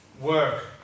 work